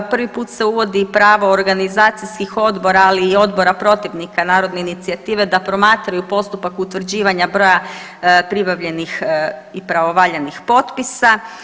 Prvi put se uvodi pravo organizacijskih odbora, ali i Odbora protivnika narodne inicijative da promatraju postupak utvrđivanja broja pribavljenih i pravovaljanih potpisa.